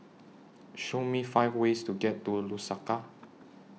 Show Me five ways to get to Lusaka